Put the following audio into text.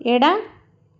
ಎಡ